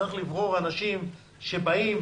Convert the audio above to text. צריך לברור אנשים שבאים,